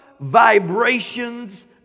Vibrations